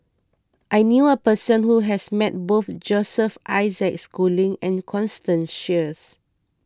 I knew a person who has met both Joseph Isaac Schooling and Constance Sheares